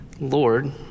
Lord